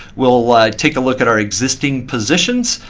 we'll take a look at our existing positions,